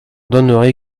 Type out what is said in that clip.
donnerai